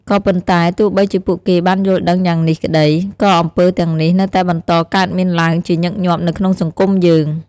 ក៏ប៉ុន្តែ ទោះបីជាពួកគេបានយល់ដឹងយ៉ាងនេះក្ដី ក៏អំពើទាំងនេះនៅតែបន្តកើតមានឡើងជាញឹកញាប់នៅក្នុងសង្គមយើង។